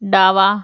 डावा